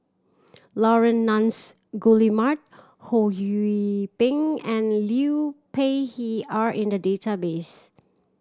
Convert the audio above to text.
Laurence Nunns Guillemard Ho Yee Ping and Liu Peihe are in the database